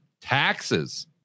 taxes